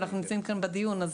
אנחנו נמצאים כאן בדיון.